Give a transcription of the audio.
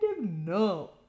no